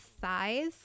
size